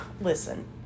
listen